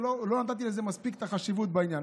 ולא נתתי לזה מספיק את החשיבות בעניין.